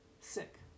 sick